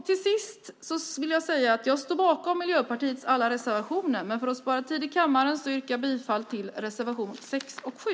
Till sist vill jag säga att jag står bakom Miljöpartiets alla reservationer, men för att spara tid i kammaren yrkar jag bifall bara till reservationerna 6 och 7.